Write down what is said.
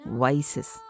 vices।